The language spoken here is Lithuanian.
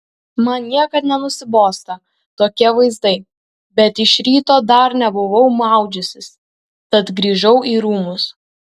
man niekada nenusibosta tokie vaizdai bet iš ryto dar nebuvau maudžiusis tad grįžau į rūmus